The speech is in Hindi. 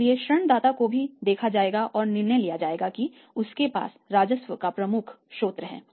इसलिए ऋण दाता को भी देखा जाएगा और निर्णय लिया जाएगा कि उसके पास राजस्व का प्रमुख स्रोत है